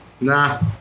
Nah